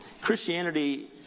Christianity